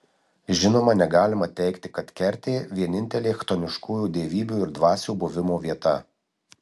žinoma negalima teigti kad kertė vienintelė chtoniškųjų dievybių ir dvasių buvimo vieta